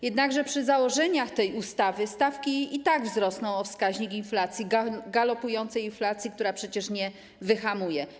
Jednakże przy założeniach tej ustawy stawki i tak wzrosną o wskaźnik inflacji, galopującej inflacji, która przecież nie wyhamuje.